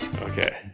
Okay